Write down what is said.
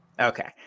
Okay